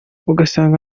ugasanga